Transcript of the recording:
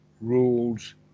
rules